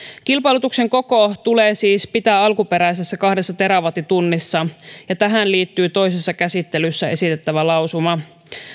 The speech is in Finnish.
kilpailutuksen koko tulee siis pitää alkuperäisessä kahdessa terawattitunnissa ja tähän liittyy toisessa käsittelyssä esitettävä lausuma